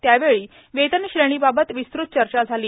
त्यावेळी वेतनश्रेणीबाबत विस्तृत चर्चा झाली